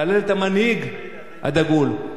להלל את המנהיג הדגול.